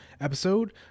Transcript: episode